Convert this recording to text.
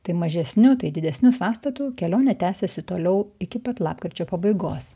tai mažesniu tai didesniu sąstatu kelionė tęsėsi toliau iki pat lapkričio pabaigos